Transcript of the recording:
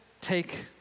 take